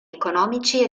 economici